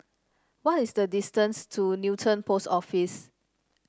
what is the distance to Newton Post Office